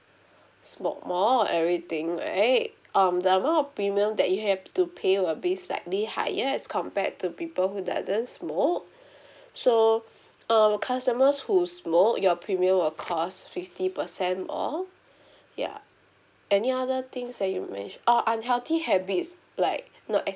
smoke or everything right um the amount of premium that you have to pay will be slightly higher as compared to people who doesn't smoke so err customers who smoke your premium will cost fifty percent more ya any other things that you mentioned uh unhealthy habit is like not